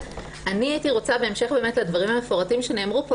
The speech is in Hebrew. הייתי רוצה בהמשך לדברים המפורטים שנאמרו פה,